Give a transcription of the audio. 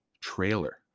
trailer